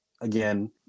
again